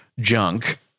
junk